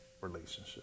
relationship